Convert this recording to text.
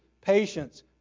patience